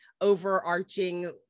overarching